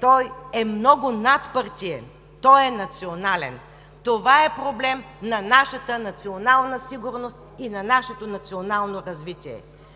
той е много надпартиен, той е национален. Това е проблем на нашата национална сигурност и на нашето национално развитие.